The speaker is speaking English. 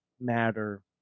matter